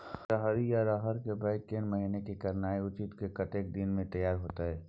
रहरि या रहर के बौग केना महीना में करनाई उचित आ कतेक दिन में तैयार होतय?